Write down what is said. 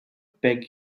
beg